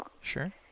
Sure